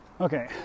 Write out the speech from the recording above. Okay